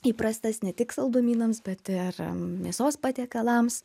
įprastas ne tik saldumynams bet ir mėsos patiekalams